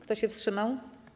Kto się wstrzymał?